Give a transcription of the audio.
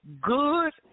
good